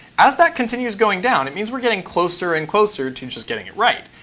as that continues going down, it means we're getting closer and closer to just getting it right.